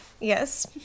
Yes